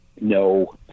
No